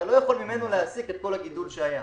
אתה לא יכול ממנו להסיק את כל הגידול שהיה.